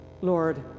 Lord